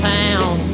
town